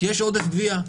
כי יש עודף גבייה.